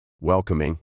welcoming